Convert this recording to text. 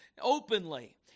openly